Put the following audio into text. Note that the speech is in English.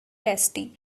tasty